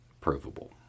provable